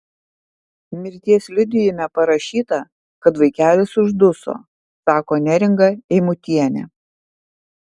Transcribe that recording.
mirties liudijime parašyta kad vaikelis užduso sako neringa eimutienė